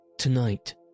Tonight